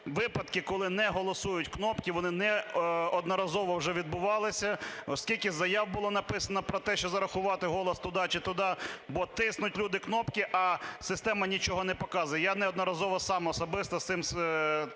Випадки, коли не голосують кнопки, вони неодноразово вже відбувалися, скільки заяв було написано про те, що зарахувати голос туди чи туди, бо тиснуть люди кнопки, а система нічого не показує. Я неодноразово сам особисто з цим так